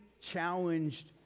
challenged